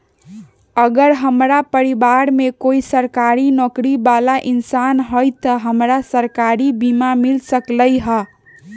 अगर हमरा परिवार में कोई सरकारी नौकरी बाला इंसान हई त हमरा सरकारी बीमा मिल सकलई ह?